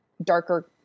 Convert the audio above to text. darker